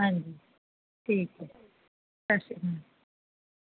ਹਾਂਜੀ ਠੀਕ ਹੈ ਸਤਿ ਸ਼੍ਰੀ ਅਕਾਲ